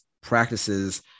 practices